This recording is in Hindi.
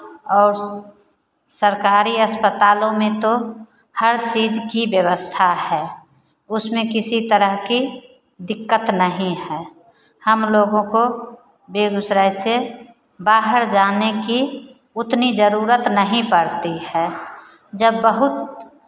और सरकारी अस्पतालों में तो हर चीज़ की व्यवस्था है उसमें किसी तरह की दिक्कत नहीं है हम लोगों को बेगूसराय से बाहर जाने की उतनी जरूरत नहीं पड़ती है जब बहुत